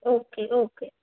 okay okay